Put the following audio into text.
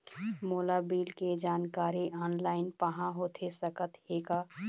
मोला बिल के जानकारी ऑनलाइन पाहां होथे सकत हे का?